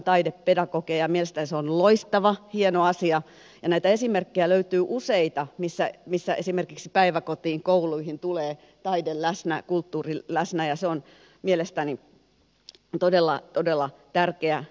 mielestäni se on loistava hieno asia ja näitä esimerkkejä löytyy useita että esimerkiksi päiväkoteihin kouluihin tulee taide olemaan läsnä kulttuuri läsnä ja se on mielestäni todella todella tärkeä kehittämiskohde